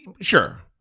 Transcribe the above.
sure